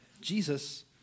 Jesus